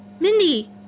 Mindy